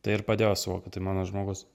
tai ir padėjo suvokt kad tai mano žmogus